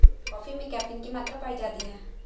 coffee में caffeine की मात्रा पाई जाती है